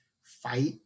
fight